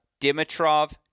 Dimitrov